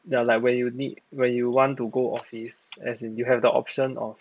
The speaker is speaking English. ya like when need when you want to go office as in you have the option of